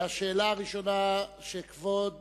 השאלה הראשונה שכבוד